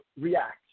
react